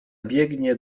biegnie